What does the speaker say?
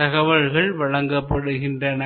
தகவல்கள் வழங்கப்படுகின்றன